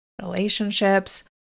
relationships